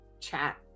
chat